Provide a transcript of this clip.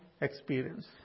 experience